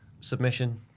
submission